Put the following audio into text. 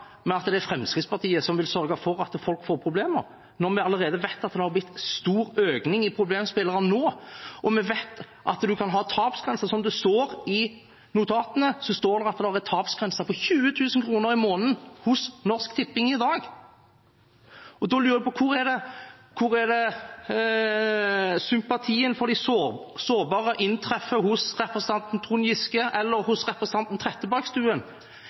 at de vil sørge for at folk får problemer – når vi allerede vet at det har blitt en stor økning i problemspillere, og vi vet at man i dag kan ha en tapsgrense, som det står i notatene, på 20 000 kr i måneden hos Norsk Tipping. Da lurer jeg på hvor sympatien for de sårbare inntreffer hos representanten Trond Giske eller hos representanten Trettebergstuen. Er det ved 20 010 kr? Er det først da denne omsorgen for de sårbare